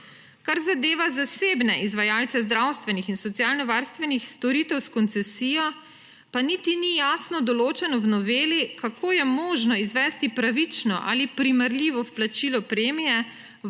Kar zadeva zasebne izvajalce zdravstvenih in socialnovarstvenih storitev s koncesijo pa niti ni jasno določeno v noveli, kako je možno izvesti pravično ali primerljivo vplačilo premije